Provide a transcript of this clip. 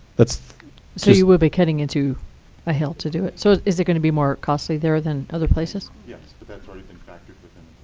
so you will be cutting into a hill to do it. so is it going to be more costly there than other places? yes, but that's already been factored